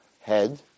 head